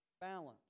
balance